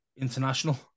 international